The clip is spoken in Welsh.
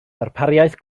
darpariaeth